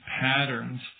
patterns